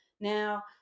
Now